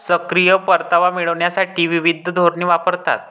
सक्रिय परतावा मिळविण्यासाठी विविध धोरणे वापरतात